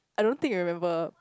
I don't think you remember